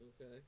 Okay